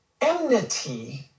enmity